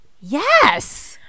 Yes